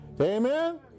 Amen